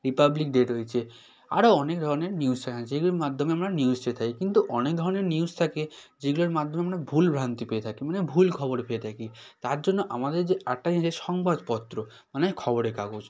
Republic Day রয়েছে আরও অনেক ধরনের নিউজ চ্যানেল আছে যেগুলোর মাধ্যমে আমরা নিউজ চেয়ে থাকি কিন্তু অনেক ধরনের নিউজ থাকে যেগুলোর মাধ্যমে আমরা ভুল ভ্রান্তি পেয়ে থাকি মানে ভুল খবর পেয়ে থাকি তার জন্য আমাদের যে আরেকটা জিনিস আছে সংবাদপত্র মানে খবরের কাগজ